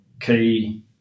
key